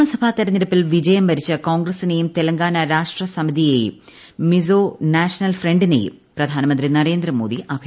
നിയമസഭാ തിരഞ്ഞെടുപ്പിൽ വിജയം വരിച്ച കോൺഗ്രസിനെയും തെലങ്കാന രാഷ്ട്ര സമിതിയെയും മിസോം നാഷണൽ ഫ്രണ്ടിനെയും പ്രധാനമന്ത്രി നരേന്ദ്രമോദി അഭിനന്ദിച്ചു